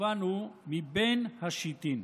המובן הוא מבין השיטין.